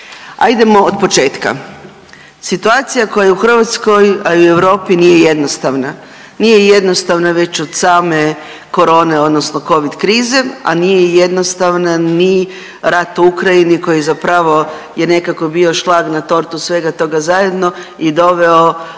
Hajdemo od početka. Situacija koja je u Hrvatskoj a i u Europi nije jednostavna, nije jednostavna već od same corone, odnosno covid krize, a nije jednostavna ni rat u Ukrajini koji zapravo je nekako bio šlag na tortu svega toga zajedno i doveo zaista